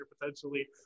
potentially